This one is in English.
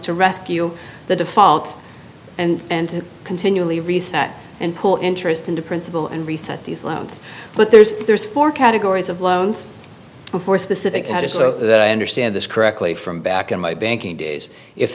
to rescue the default and continually reset and pull interest into principal and reset these loans but there's there's four categories of loans before specific that i understand this correctly from back in my banking days if